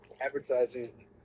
Advertising